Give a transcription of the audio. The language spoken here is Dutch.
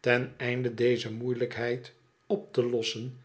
ten einde deze moeielijkheid op te lossen